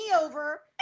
over